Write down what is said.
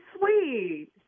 sweet